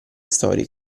storica